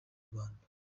rwanda